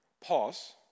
pause